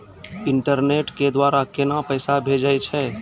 Internet के द्वारा केना पैसा भेजय छै?